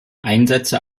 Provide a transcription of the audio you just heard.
einsätze